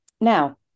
Now